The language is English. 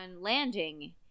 landing